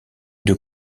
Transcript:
deux